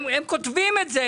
הם כותבים את זה.